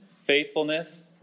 faithfulness